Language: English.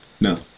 No